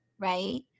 right